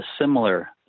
similar